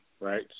right